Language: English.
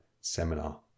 seminar